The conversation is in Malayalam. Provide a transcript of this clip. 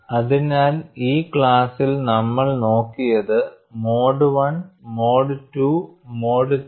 അതിനാൽ ഈ ക്ലാസ്സിൽ നമ്മൾ നോക്കിയത് mode I mode II mode III mode I mode II mode III